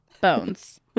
Bones